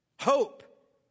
hope